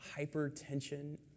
hypertension